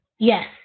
Yes